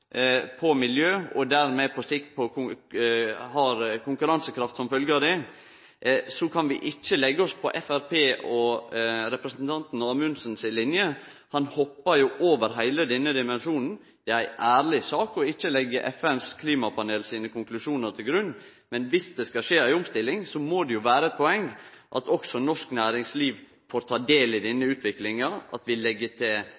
miljø – og som dermed på sikt har konkurransekraft som følgje av det – kan vi ikkje leggje oss på Framstegspartiet og representanten Amundsen si linje. Han hoppar over heile denne dimensjonen. Det er ei ærleg sak å ikkje leggje konklusjonane til FN sitt klimapanel til grunn, men dersom det skal skje ei omstilling, må det vere eit poeng at også norsk næringsliv får ta del i denne utviklinga, og at vi legg til